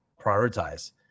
prioritize